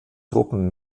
truppen